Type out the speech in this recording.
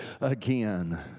again